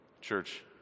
Church